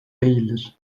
değildir